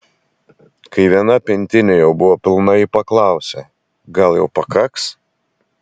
kai viena pintinė jau buvo pilna ji paklausė gal jau pakaks